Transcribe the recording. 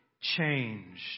changed